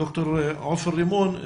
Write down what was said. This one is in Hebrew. ד"ר עופר רימון,